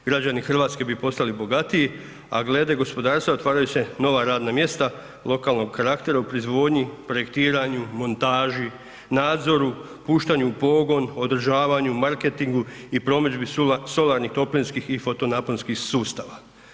Građani Hrvatske bi postali bogatiji, a glede gospodarstva otvaraju se nova radna mjesta lokalnog karaktera u proizvodnji, projektiranju, montaži, nadzoru, puštanju u pogon, održavanju, marketingu i promidžbi solarnih i toplinskih i fotonaponskih sustava.